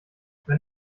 wenn